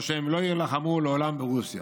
או ש'הם לא יילחמו לעולם ברוסיה'.